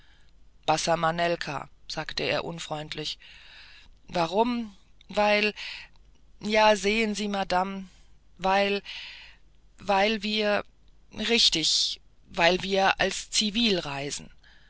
bassa manelka sagte er unfreundlich warum weil ja sehen sie madame weil weil wir richtig weil wir als zivil reisen